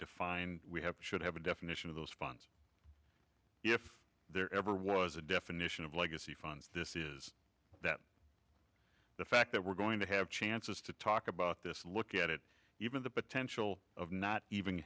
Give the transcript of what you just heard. defined we have should have a definition of those funds if there ever was a definition of legacy funds this is that the fact that we're going to have chances to talk about this look at it even the potential of not even